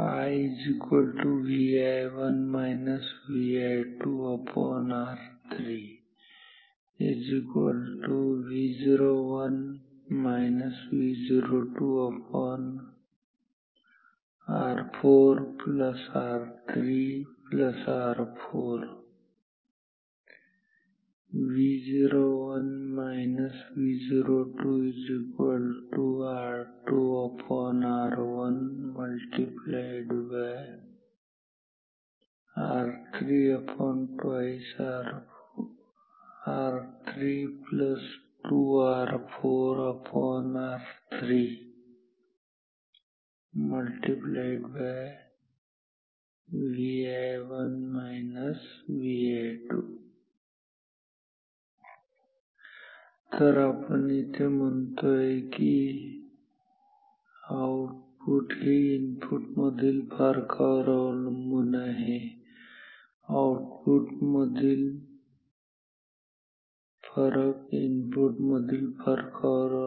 आता I R3 R4R3R4 R2 R1R32R4R3 तर आपण येथे म्हणतोय की आउटपुट हे इनपुट मधील फरकावर अवलंबून आहे आउटपुट मधील फरक इनपुट मधील फरकावर